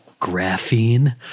graphene